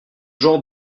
genre